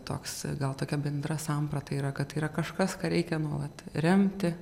toks gal tokia bendra samprata yra kad yra kažkas ką reikia nuolat remti